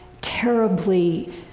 terribly